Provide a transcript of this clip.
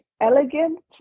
elegant